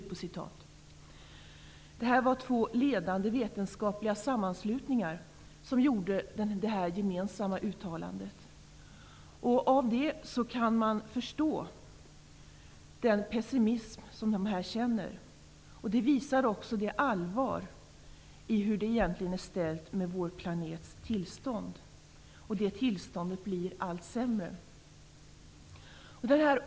Det var två ledande vetenskapliga sammanslutningar som gjorde detta gemensamma uttalande. Av det kan man förstå den pessimism de känner, och det visar också hur allvarligt det egentligen är ställt med vår planets tillstånd. Det tillståndet blir allt sämre.